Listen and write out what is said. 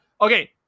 Okay